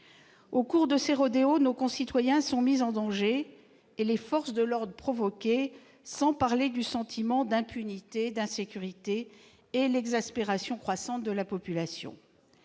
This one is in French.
Au cours de ces rodéos, nos concitoyens sont mis en danger et les forces de l'ordre, provoquées, sans parler du sentiment d'impunité et d'insécurité, ainsi que de l'exaspération croissante de la population.